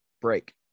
break